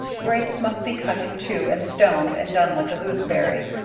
grapes, must be cut in two and stoned and done like a gooseberry.